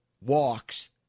walks